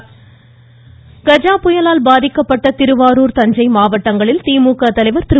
ஸ்டாலின் கஜா புயலால் பாதிக்கப்பட்ட திருவாரூர் தஞ்சை மாவட்டங்களில் திமுக தலைவர் திரு